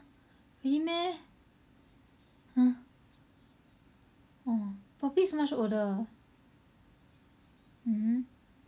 really meh !huh! orh poppy so much older mmhmm